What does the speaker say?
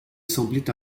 semblait